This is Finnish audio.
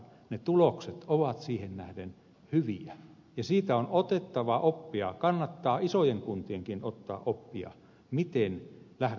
ne tulokset ovat siihen nähden hyviä ja on otettava oppia siitä kannattaa isojen kuntienkin ottaa oppia siitä miten lähdetään sopeuttamaan